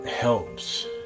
helps